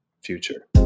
future